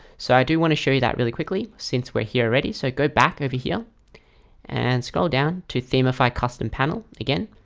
so i do want to show you that really quickly since we're here already. so go back over here and scroll down to themify custom panel again.